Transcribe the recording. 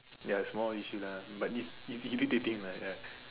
ya small issue lah but it's it's irritating lah ya